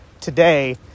today